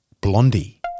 Blondie